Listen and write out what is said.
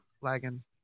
lagging